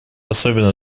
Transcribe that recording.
особенно